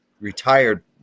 retired